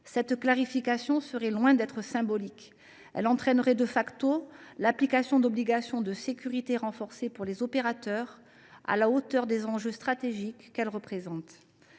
Cette classification serait loin d’être symbolique. Elle entraînerait l’application d’obligations de sécurité renforcée pour les opérateurs, à la hauteur des enjeux stratégiques qu’elles représentent.